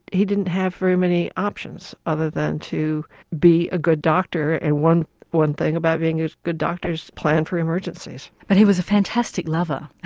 he didn't have very many options other than to be a good doctor and one one thing about being a good doctor is plan for emergencies. but he was a fantastic lover?